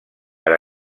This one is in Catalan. per